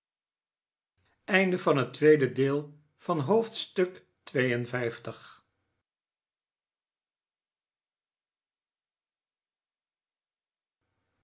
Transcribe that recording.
het tweede deel kwam van wat